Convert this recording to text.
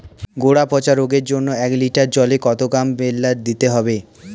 গোড়া পচা রোগের জন্য এক লিটার জলে কত গ্রাম বেল্লের দিতে হবে?